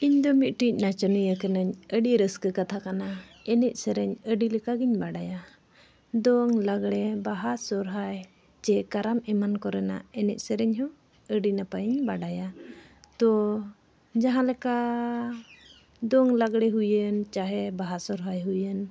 ᱤᱧᱫᱚ ᱢᱤᱫᱴᱤᱡ ᱱᱟᱪᱚᱱᱤᱭᱟᱹ ᱠᱟᱹᱱᱟᱹᱧ ᱟᱹᱰᱤ ᱨᱟᱹᱥᱠᱟᱹ ᱠᱟᱛᱷᱟ ᱠᱟᱱᱟ ᱮᱱᱮᱡᱼᱥᱮᱨᱮᱧ ᱟᱹᱰᱤ ᱞᱮᱠᱟᱜᱮᱧ ᱵᱟᱰᱟᱭᱟ ᱫᱚᱝ ᱞᱟᱜᱽᱬᱮ ᱵᱟᱦᱟ ᱥᱚᱦᱨᱟᱭ ᱪᱮ ᱠᱟᱨᱟᱢ ᱮᱢᱟᱱ ᱠᱚᱨᱮᱱᱟᱜ ᱮᱱᱮᱡᱼᱥᱮᱨᱮᱧ ᱦᱚᱸ ᱟᱹᱰᱤ ᱱᱟᱯᱟᱭᱤᱧ ᱵᱟᱰᱟᱭᱟ ᱛᱳ ᱡᱟᱦᱟᱸ ᱞᱮᱠᱟ ᱫᱚᱝ ᱞᱟᱜᱽᱬᱮ ᱦᱩᱭᱮᱱ ᱪᱟᱦᱮ ᱵᱟᱦᱟ ᱥᱚᱦᱨᱟᱭ ᱦᱩᱭᱮᱱ